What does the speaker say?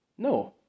no